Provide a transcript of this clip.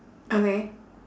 okay